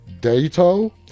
Dato